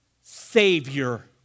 Savior